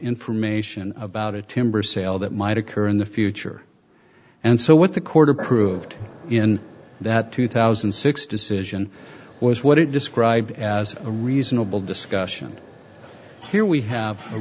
information about a timber sale that might occur in the future and so what the court approved in that two thousand and six decision was what it described as a reasonable discussion here we have a